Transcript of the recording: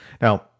Now